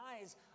eyes